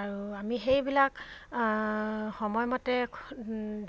আৰু আমি সেইবিলাক সময়মতে